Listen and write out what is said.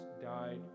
died